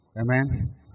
Amen